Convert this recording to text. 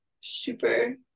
super